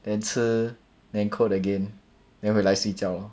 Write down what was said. then 吃 then code again then 会来睡觉 lor